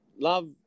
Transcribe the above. love